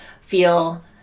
feel